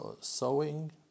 sewing